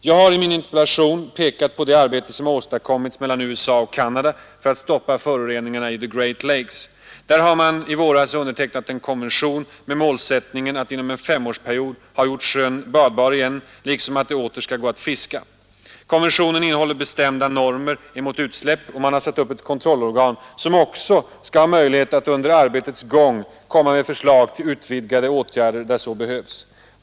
Jag har i min interpellation pekat på det arbete som har åstadkommits mellan USA och Canada för att stoppa föroreningarna i The Great Lakes. Där har man i våras undertecknat en konvention med målsättningen att inom en femårsperiod ha gjort sjöarna badbara igen, liksom att det åter skall gå att fiska där. Konventionen innehåller bestämda normer emot utsläpp, och man har satt upp ett kontrollorgan, som också skall ha möjlighet att under arbetets gång komma med förslag till utvidgade åtgärder där så behövs.